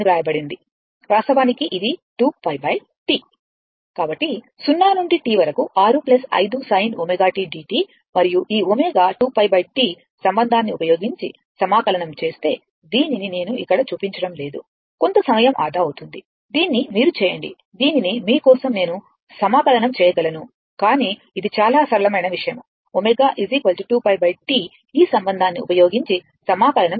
వాస్తవానికి ఇది 2π T కాబట్టి 0 నుండి T వరకు 6 5 sin ω tdt మరియు ఈ ω 2πT సంబంధాన్ని ఉపయోగించి సమాకలనం చేస్తే దీనిని నేను ఇక్కడ చూపించడం లేదు కొంత సమయం ఆదా అవుతుంది దీన్ని మీరు చేయండి దీనిని మీ కోసం నేను సమాకలనం చేయగలను కానీ ఇది చాలా సరళమైన విషయం ω 2πT ఈ సంబంధాన్ని ఉపయోగించి సమాకలనం చేయండి